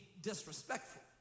disrespectful